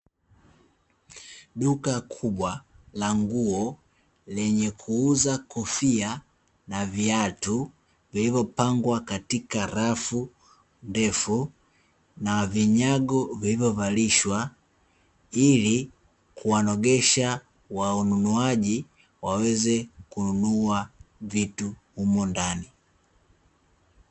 Duka kubwa la nguo lenye kuuza kofia na viatu, vilivyopangwa katika rafu ndefu na vinyago vilivyovalishwa, ili kuwanogesha wanunuaji waweze kununua vitu humo ndani.